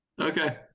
Okay